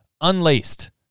Unlaced